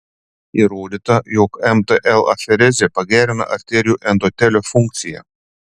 įrodyta jog mtl aferezė pagerina arterijų endotelio funkciją